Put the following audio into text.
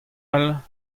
all